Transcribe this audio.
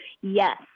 yes